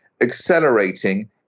accelerating